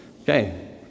Okay